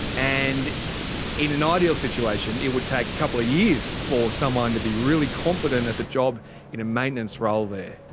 and in an ideal situation, it would take a couple of years for someone to be really competent at their job in a maintenance role there.